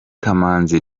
kamanzi